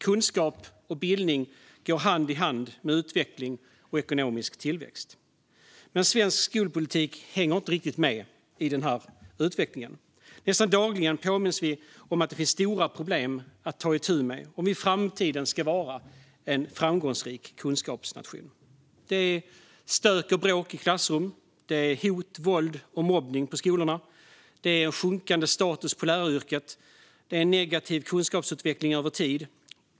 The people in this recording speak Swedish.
Kunskap och bildning går hand i hand med utveckling och ekonomisk tillväxt. Men svensk skolpolitik hänger inte riktigt med i utvecklingen. Nästan dagligen påminns vi om att det finns stora problem att ta itu med om Sverige i framtiden ska vara en framgångsrik kunskapsnation. Det är stök och bråk i klassrum. Det är hot, våld och mobbning på skolorna. Det är sjunkande status för läraryrket. Det är negativ kunskapsutveckling över tid.